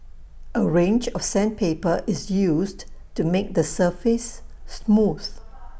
A range of sandpaper is used to make the surface smooth